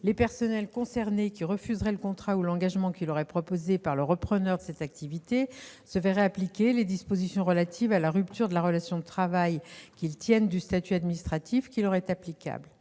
les personnels concernés qui refuseraient le contrat ou l'engagement qui leur est proposé par le repreneur de cette activité se verraient appliquer les dispositions relatives à la rupture de la relation de travail qu'ils tiennent du statut administratif qui leur est applicable.